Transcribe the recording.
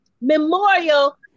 memorial